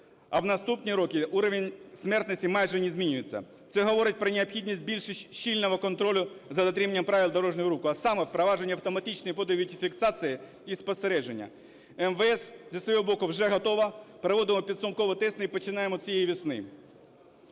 А в наступні роки рівень смертності майже не змінюється. Це говорить про необхідність більш щільного контролю за дотриманням правил дорожнього руху, а саме впровадження автоматичної фотовідеофіксації і спостереження. МВС зі свого боку вже готова. Проводимо підсумковий тест і починаємо цієї весни.